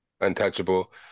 untouchable